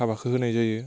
हाबाखौ होनाय जायो